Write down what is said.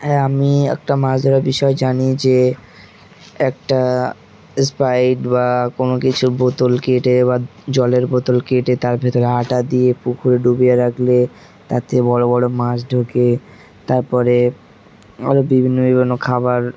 হ্যাঁ আমি একটা মাছ ধরার বিষয় জানি যে একটা স্প্রাইট বা কোনো কিছু বোতল কেটে বা জলের বোতল কেটে তার ভেতরে আটা দিয়ে পুকুরে ডুবিয়ে রাখলে তাতে বড়ো বড়ো মাছ ঢোকে তারপরে আরও বিভিন্ন বিভিন্ন খাবার